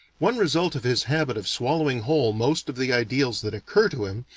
one result of his habit of swallowing whole most of the ideals that occur to him,